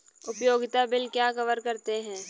उपयोगिता बिल क्या कवर करते हैं?